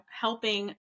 helping